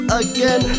again